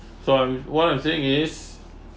so um what I'm saying is